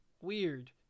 weird